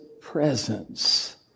presence